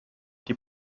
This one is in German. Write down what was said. die